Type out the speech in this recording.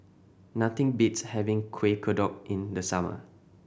nothing beats having Kuih Kodok in the summer